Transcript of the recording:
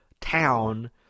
town